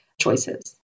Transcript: choices